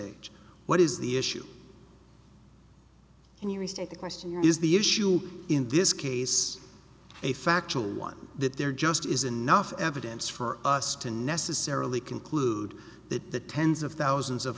stage what is the issue and you restate the question here is the issue in this case a factual one that there just isn't enough evidence for us to necessarily conclude that the tens of thousands of